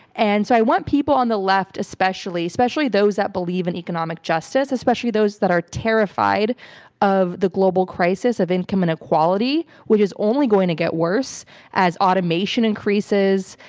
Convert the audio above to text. and so i want people on the left especially, especially those that believe in economic justice especially those that are terrified of the global crisis of income inequality, which is only going to get worse as automation increases,